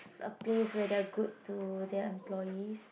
it's a place where they are good to their employees